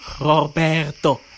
Roberto